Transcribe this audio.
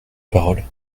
parole